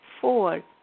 four